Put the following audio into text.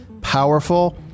powerful